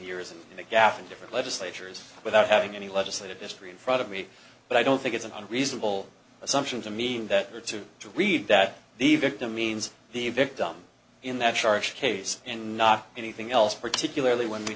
in the gaffa different legislatures without having any legislative history in front of me but i don't think it's an unreasonable assumption to mean that or to read that the victim means the victim in that charge case and not anything else particularly when we